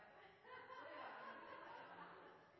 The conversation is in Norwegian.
og spesialister på